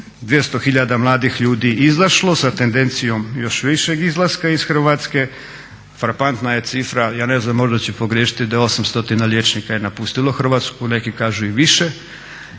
200 tisuća mladih ljudi izašlo sa tendencijom još višeg izlaska iz Hrvatske, frapantna je cifra, ja ne znam možda ću pogriješiti da je 8 tisuća liječnika napustilo Hrvatsku, neki kažu i više.